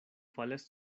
falas